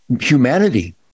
humanity